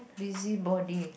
busybody